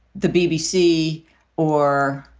the bbc or,